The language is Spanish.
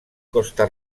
costa